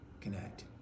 connect